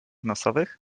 nosowych